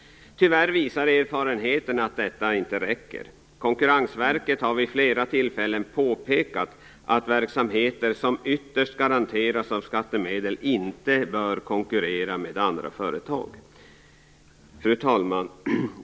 Tyvärr visar erfarenheten att detta inte räcker. Konkurrensverket har vid flera tillfällen påpekat att verksamheter som ytterst garanteras genom skattemedel inte bör konkurrera med andra företag. Fru talman!